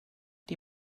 die